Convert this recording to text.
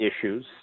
issues